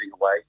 away